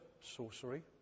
sorcery